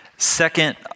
Second